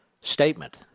statement